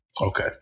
Okay